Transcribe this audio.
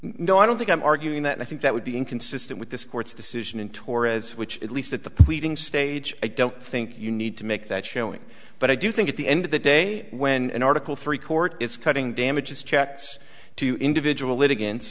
no i don't think i'm arguing that i think that would be inconsistent with this court's decision in torres which at least at the pleading stage i don't think you need to make that showing but i do think at the end of the day when an article three court is cutting damages chats to individual lit